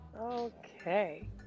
okay